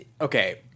okay